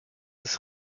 des